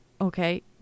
Okay